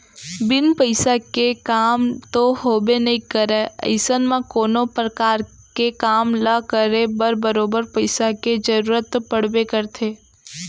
बिन पइसा के काम तो होबे नइ करय अइसन म कोनो परकार के काम ल करे बर बरोबर पइसा के जरुरत तो पड़बे करथे